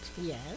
Yes